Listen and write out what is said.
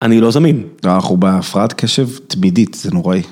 אני לא זמין, אנחנו בהפרעת קשב תמידית, זה נוראי.